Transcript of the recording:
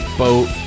boat